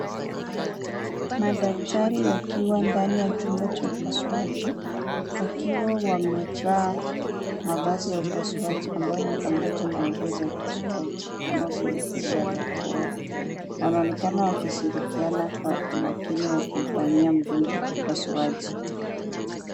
Madaktari wakiwa ndani ya chumba cha upasuaji wakiwa wamevaa mavazi ya upasuaji ambayo ni pamoja na nguo za upasuaji kama glovu, barakoa. Wanaonekana wakishirkiana kwa umakini wakifanyia mgonjwa upasuaji.